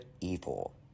evil